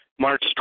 March